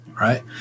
right